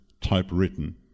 typewritten